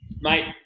mate